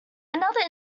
another